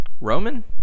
Roman